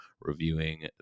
reviewing